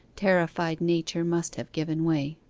terrified nature must have given way.